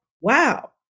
wow